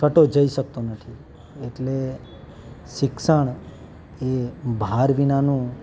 અથવા તો જઈ શકતો નથી એટલે શિક્ષણ એ ભાર વિનાનું